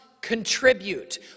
contribute